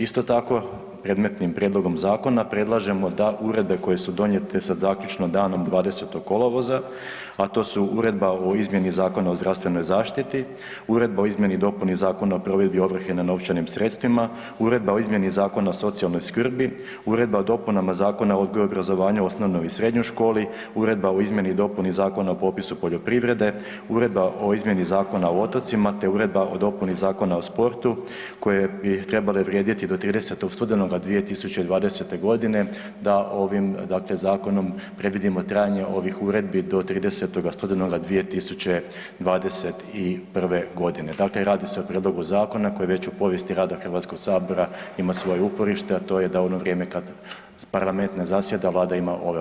Isto tako, predmetnim prijedlogom zakona, predlažemo da uredbe koje su donijete sa zaključno danom 20. kolovoza, a to su Uredba o izmjeni Zakona o zdravstvenoj zaštiti, Uredba o izmjeni i dopuni Zakona o provedbi ovrhe nad novčanim sredstvima, Uredba o izmjeni Zakona o socijalnoj skrbi, Uredba o dopunama Zakona o obrazovanju u osnovnoj i srednjoj školi, Uredba o izmjeni i dopuni Zakona o popisu poljoprivrede, Uredba o izmjeni Zakona o otocima te Uredba o dopuni Zakona o sportu; koje bi trebale vrijediti do 30. studenoga 2020. g., da ovim dakle zakonom predvidimo trajanje ovih uredba do 30. studenoga 2021. g. Dakle, radi se o prijedlogu zakona koji je već u povijesti rada HS-a ima svoje uporište, a to je da u ono vrijeme kad parlament ne zasjeda, Vlada ima ove ovlasti.